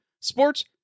Sports